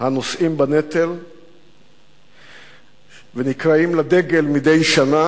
הנושאים בנטל ונקראים לדגל מדי שנה